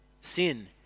sin